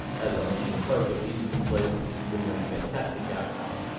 as i mentioned, the project is complete, it's delivering fantastic outcomes.